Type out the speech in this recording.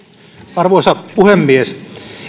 arvoisa puhemies